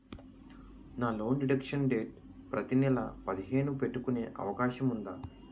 నా loan deduction date ప్రతి నెల పదిహేను న పెట్టుకునే అవకాశం ఉందా?